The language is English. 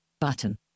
button